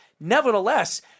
Nevertheless